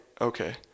okay